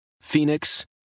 Phoenix